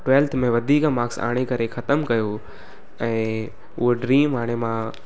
twelfth में वधीक marks आणे करे ख़तमु कयो ऐं उहो ड्रीम हाणे मां